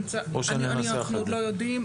אנחנו עוד לא יודעים.